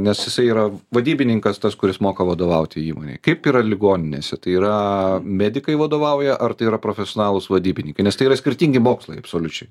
nes jisai yra vadybininkas tas kuris moka vadovauti įmonei kaip yra ligoninėse tai yra medikai vadovauja ar tai yra profesionalūs vadybininkai nes tai yra skirtingi mokslai absoliučiai